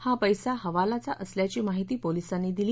हा पैसा हवालाचा असल्याची माहिती पोलिसांनी दिली